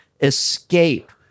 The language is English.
escape